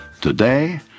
Today